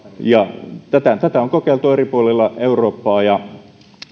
tätä tätä on kokeiltu eri puolilla eurooppaa ja